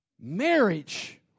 Marriage